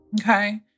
okay